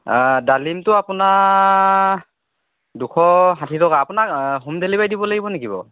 ডালিমটো আপোনাৰ দুশ ষাঠি টকা আপোনাক হোম ডেলিভেৰী দিব লাগিব নেকি বাৰু